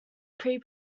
pre